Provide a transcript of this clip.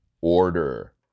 order